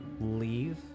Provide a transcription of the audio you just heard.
leave